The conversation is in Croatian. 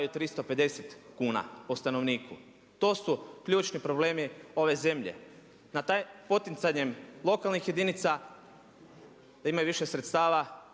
350 kuna po stanovniku. To su ključni problemi ove zemlje. Poticanjem lokalnih jedinica da imaju više sredstava,